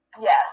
Yes